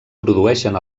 produeixen